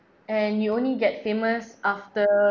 and you only get famous after